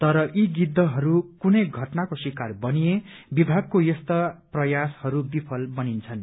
तर यी गिर्दहरू कुनै घटनाको शिका बनिए विभागको यस्ता प्रयासहरू विफल बनिन्छन्